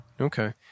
Okay